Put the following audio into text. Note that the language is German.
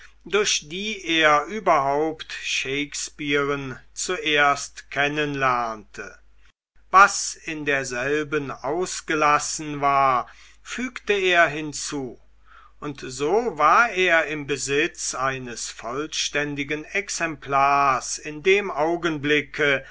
durch die er überhaupt shakespearen zuerst kennen lernte was in derselben ausgelassen war fügte er hinzu und so war er im besitz eines vollständigen exemplars in dem augenblicke